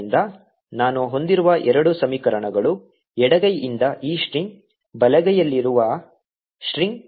1≅tan 1yI∂x 2≅tan 2 yT∂x Net forceTyT∂x yI∂xT 1v2yT∂t1v1yT∂t ಆದ್ದರಿಂದ ನಾನು ಹೊಂದಿರುವ ಎರಡು ಸಮೀಕರಣಗಳು ಎಡಗೈಯಿಂದ ಈ ಸ್ಟ್ರಿಂಗ್ ಬಲಗೈಯಲ್ಲಿರುವ ಸ್ಟ್ರಿಂಗ್